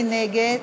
מי נגד?